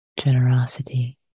generosity